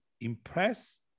impress